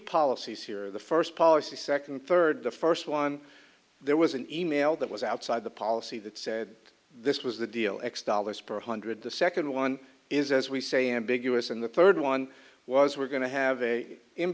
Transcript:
policies here the first policy second and third the first one there was an e mail that was outside the policy that said this was the deal x dollars per one hundred the second one is as we say ambiguous and the third one was we're going to have a in